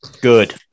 good